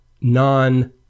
non